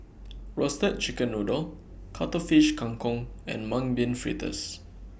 Roasted Chicken Noodle Cuttlefish Kang Kong and Mung Bean Fritters